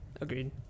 Agreed